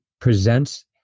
presents